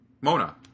Mona